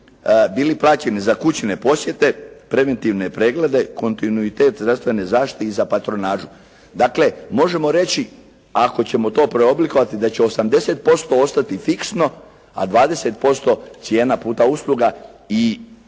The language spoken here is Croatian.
bili plaćeni za kućne posjete, preventivne preglede, kontinuitet zdravstvene zaštite i za patronažu. Dakle, možemo reći ako ćemo to preoblikovati da će 80% ostati fiksno a 20% cijena puta usluga i, ja